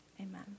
Amen